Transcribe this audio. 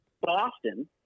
boston